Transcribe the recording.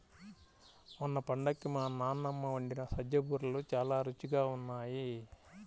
మొన్న పండక్కి మా నాన్నమ్మ వండిన సజ్జ బూరెలు చాలా రుచిగా ఉన్నాయి